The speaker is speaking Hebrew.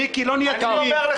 מיקי לוי, לא נהיה תמימים.